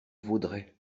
vaudrey